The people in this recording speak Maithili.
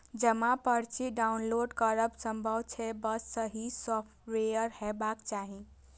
जमा पर्ची डॉउनलोड करब संभव छै, बस सही सॉफ्टवेयर हेबाक चाही